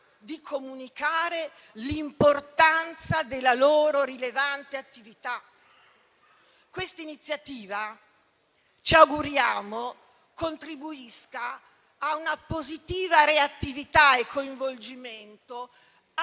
di comunicare l'importanza della loro rilevante attività. Questa iniziativa ci auguriamo contribuisca a una positiva reattività e coinvolgimento